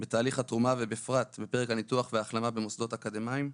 בתהליך התרומה ובפרט בפרק הניתוח וההחלמה במוסדות אקדמיים,